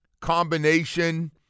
combination